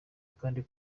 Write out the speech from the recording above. kandi